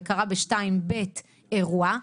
וקרה ב-2 ב' אירוע,